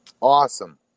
Awesome